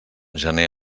gener